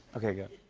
okay, good.